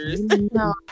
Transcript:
No